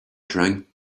drank